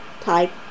type